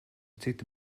cita